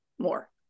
More